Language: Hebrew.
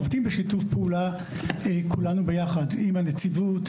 עובדים בשיתוף פעולה כולנו ביחד עם הנציבות,